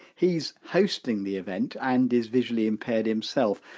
he's hosting the event and is visually impaired himself.